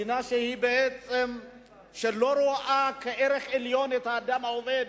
מדינה שלא רואה כערך עליון את האדם העובד,